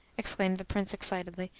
exclaimed the prince excitedly,